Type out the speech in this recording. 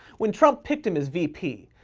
when trump picked him as vp,